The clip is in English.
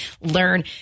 learn